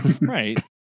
right